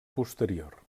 posterior